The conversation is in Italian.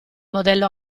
modello